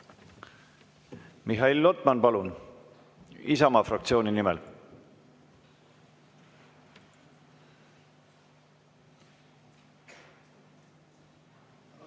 Mihhail Lotman, palun! Isamaa fraktsiooni nimel.